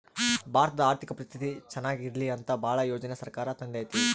ಭಾರತದ ಆರ್ಥಿಕ ಪರಿಸ್ಥಿತಿ ಚನಾಗ ಇರ್ಲಿ ಅಂತ ಭಾಳ ಯೋಜನೆ ಸರ್ಕಾರ ತರ್ತಿದೆ